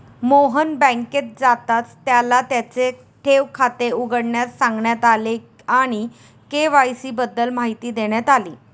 मोहन बँकेत जाताच त्याला त्याचे ठेव खाते उघडण्यास सांगण्यात आले आणि के.वाय.सी बद्दल माहिती देण्यात आली